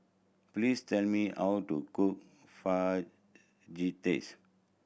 please tell me how to cook Fajitas